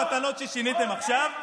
בואו נדבר רגע על חוק המתנות ששיניתם עכשיו.